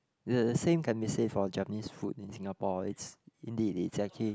the same can be said for Japanese food in Singapore it's indeed it's actually